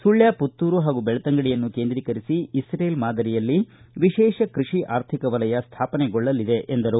ಸುಳ್ಯ ಪುತ್ತೂರು ಹಾಗೂ ಬೆಕ್ತಂಗಡಿಯನ್ನು ಕೇಂದ್ರೀಕರಿಸಿ ಇಸ್ರೇಲ್ ಮಾದರಿಯಲ್ಲಿ ವಿಶೇಷ ಕೃಷಿ ಆರ್ಥಿಕ ವಲಯ ಸ್ಥಾಪನೆಗೊಳ್ಳಲಿದೆ ಎಂದರು